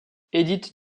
édith